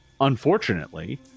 unfortunately